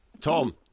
Tom